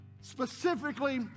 specifically